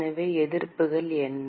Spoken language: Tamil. எனவே எதிர்ப்புகள் என்ன